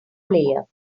player